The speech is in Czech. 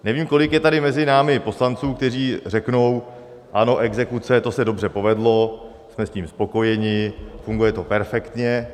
Nevím, kolik je tady mezi námi poslanců, kteří řeknou: Ano, exekuce, to se dobře povedlo, jsme s tím spokojeni, funguje to perfektně.